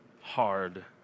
hard